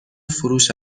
فروش